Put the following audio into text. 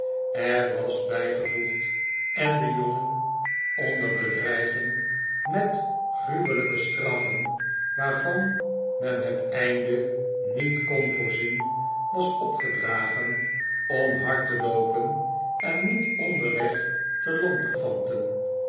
er was bijgevoegd en den jongen onder bedreiging met gruwelijke straffen waarvan men het einde niet kon voorzien was opgedragen om hard te loopen en niet onderweg te lanterfanten